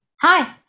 Hi